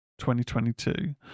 2022